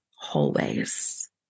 hallways